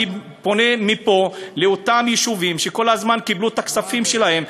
אני פונה מפה לאותם יישובים שכל הזמן קיבלו את הכספים שלהם,